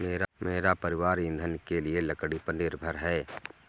मेरा परिवार ईंधन के लिए लकड़ी पर निर्भर है